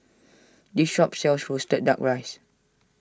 this shop sells Roasted Duck Rice